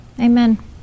Amen